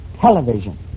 television